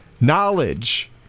knowledge